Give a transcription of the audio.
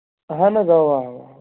اَہَن حظ اوا اوا